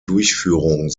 durchführung